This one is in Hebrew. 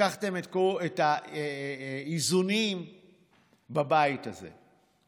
לקחתם את האיזונים בבית הזה,